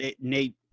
Nate